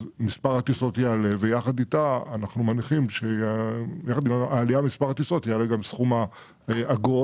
אז מספר הטיסות יעלה ויחד איתו יעלה סכום האגרות ויעלו סכומים אחרים.